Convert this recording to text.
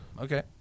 Okay